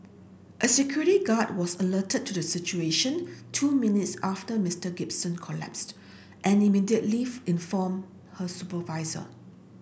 a security guard was alerted to the situation two minutes after Mister Gibson collapsed and immediately informed her supervisor